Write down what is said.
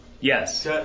Yes